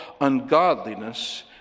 ungodliness